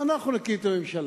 אנחנו נקים את הממשלה,